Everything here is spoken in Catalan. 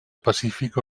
pacífic